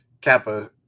Kappa